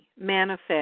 manifest